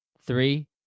three